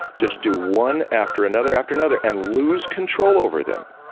just do one, after another, after another and lose control over them.